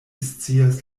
scias